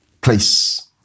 place